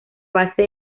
base